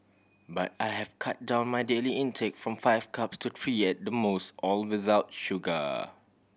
but I have cut down my daily intake from five cups to three at the most all without sugar